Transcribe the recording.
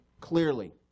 clearly